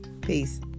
Peace